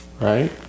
right